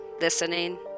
listening